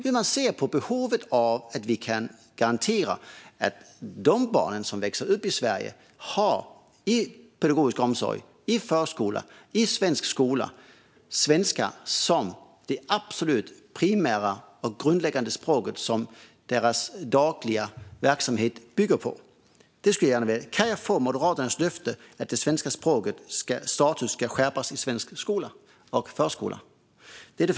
Hur tänker man sig kunna garantera att de barn som växer upp i Sverige har svenska som primärt och grundläggande språk i den dagliga verksamheten inom pedagogisk omsorg, förskola och skola? Kan jag få Moderaternas löfte att det svenska språkets status ska skärpas i förskola och skola?